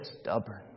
stubborn